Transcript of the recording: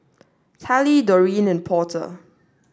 Tallie Doreen and Porter